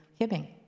Hibbing